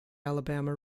alabama